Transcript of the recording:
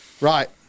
Right